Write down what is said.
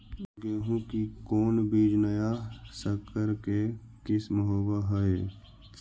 गेहू की कोन बीज नया सकर के किस्म होब हय?